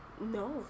No